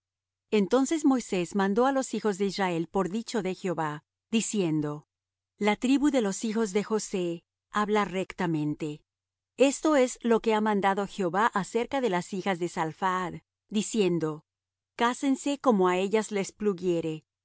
entonces moisés mandó á los hijos de israel por dicho de jehová diciendo la tribu de los hijos de josé habla rectamente esto es lo que ha mandado jehová acerca de las hijas de salphaad diciendo cásense como á ellas les